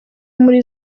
muri